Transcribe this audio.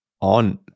on